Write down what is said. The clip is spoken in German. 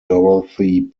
dorothy